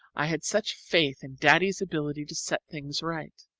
i had such faith in daddy's ability to set things right.